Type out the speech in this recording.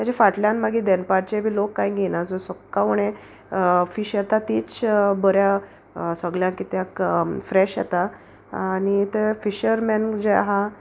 तेच्या फाटल्यान मागीर देनपारचें बी लोक कांय घेयना जो सकाळ फुडें फीश येता तीच बोऱ्या सोगल्यांक कित्याक फ्रेश येता आनी ते फिशरमॅन जे आहा